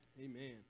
Amen